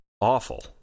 awful